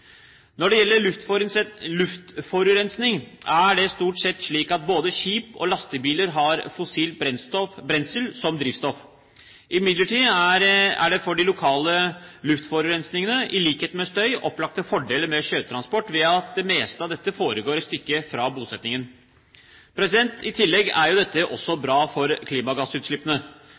Når det gjelder luftforurensning, er det stort sett slik at både skip og lastebiler har fossilt brensel som drivstoff. Imidlertid er det for de lokale luftforurensningene, i likhet med støy, opplagte fordeler med sjøtransport ved at det meste av dette foregår et stykke fra bosettingen. I tillegg er dette bra også for klimagassutslippene.